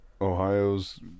Ohio's